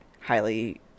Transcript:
highly